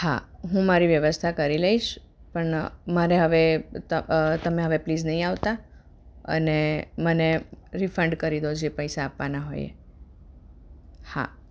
હા હું મારી વ્યવસ્થા કરી લઇશ પણ મને હવે તમે હવે પ્લીઝ નહીં આવતા અને મને રિફંડ કરી દો જે પૈસા આપવાના હોય એ હા